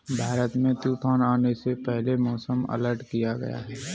भारत में तूफान आने से पहले मौसम अलर्ट किया गया है